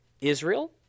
Israel